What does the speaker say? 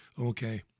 Okay